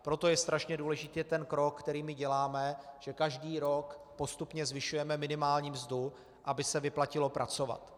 Proto je strašně důležitý ten krok, který my děláme, že každý rok postupně zvyšujeme minimální mzdu, aby se vyplatilo pracovat.